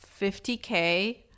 50k